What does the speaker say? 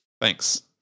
Thanks